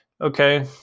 okay